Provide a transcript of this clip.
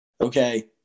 Okay